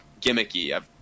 gimmicky